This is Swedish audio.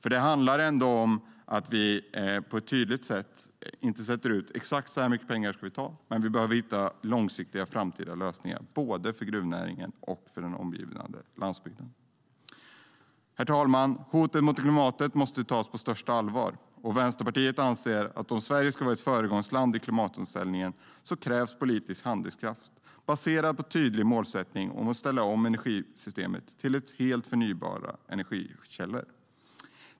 Vi behöver inte ställa upp exakt hur mycket pengar vi ska ta, men det handlar ändå om att på ett tydligt sätt hitta långsiktiga framtida lösningar för både gruvnäringen och den omgivande landsbygden. Herr ålderspresident! Hoten mot klimatet måste tas på största allvar. Vänsterpartiet anser att det krävs politisk handlingskraft om Sverige ska vara ett föregångsland i klimatomställningen - handlingskraft baserad på en tydlig målsättning om att ställa om energisystemet till helt förnybara energikällor.